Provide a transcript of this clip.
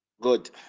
Good